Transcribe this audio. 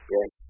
Yes